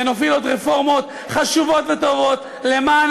ונוביל עוד רפורמות חשובות וטובות למען